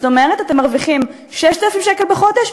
זאת אומרת, אתם מרוויחים 6,000 שקל בחודש?